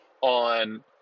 on